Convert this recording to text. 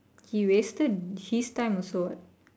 he wasted his time also what